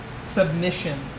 submission